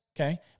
okay